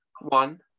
one